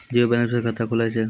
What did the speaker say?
Zero balance पर खाता खुले छै?